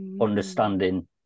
understanding